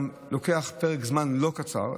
שלוקח גם פרק זמן לא קצר,